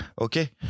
okay